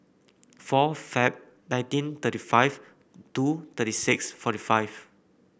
four February nineteen thirty five two thirty six forty five